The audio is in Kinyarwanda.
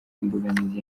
imbogamizi